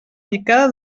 picada